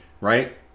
Right